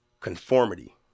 conformity